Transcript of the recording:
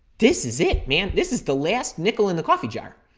this is it, man. this is the last nickel in the coffee jar.